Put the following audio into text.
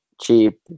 cheap